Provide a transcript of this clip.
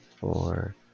four